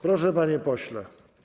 Proszę, panie pośle.